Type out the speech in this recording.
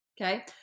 okay